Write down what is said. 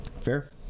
fair